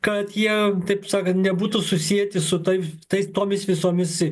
kad jie taip sakant nebūtų susieti su tai tai tomis visomis